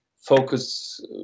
focus